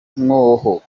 inkoho